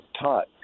taught